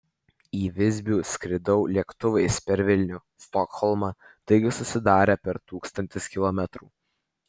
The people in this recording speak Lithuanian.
į visbių skridau lėktuvais per vilnių stokholmą taigi susidarė per tūkstantis kilometrų